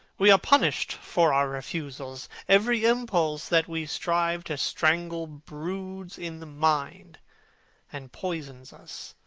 we are punished for our refusals. every impulse that we strive to strangle broods in the mind and poisons us.